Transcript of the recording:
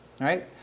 Right